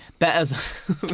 Better